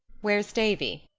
where's davy?